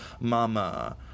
mama